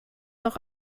doch